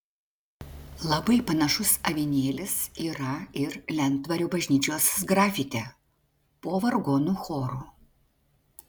labai panašus avinėlis yra ir lentvario bažnyčios sgrafite po vargonų choru